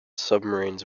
submarines